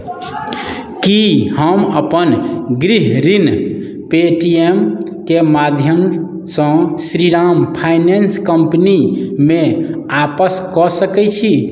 की हम अपन गृह ऋण पेटीएमके माध्यमसँ श्रीराम फाइनेंस कम्पनीमे वापस कऽ सकैत छी